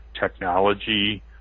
technology